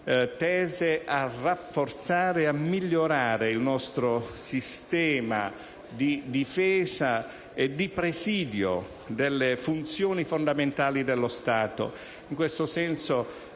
tese a rafforzare e migliorare il nostro sistema di difesa e di presidio delle funzioni fondamentali dello Stato.